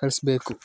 ಕಳ್ಸ್ಬೆಕು